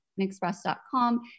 express.com